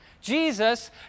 Jesus